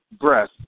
breath